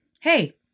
Hey